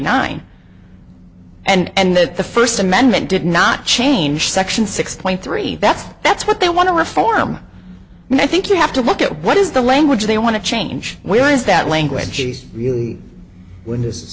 hundred and that the first amendment did not change section six point three that's that's what they want to reform and i think you have to look at what is the language they want to change where is that language really win